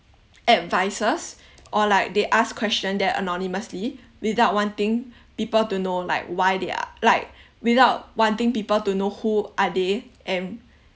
advices or like they ask question there anonymously without wanting people to know like why they are like without wanting people to know who are they and